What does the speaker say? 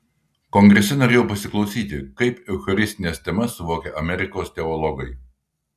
kongrese norėjau pasiklausyti kaip eucharistines temas suvokia amerikos teologai